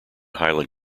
highland